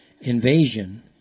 invasion